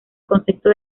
concepto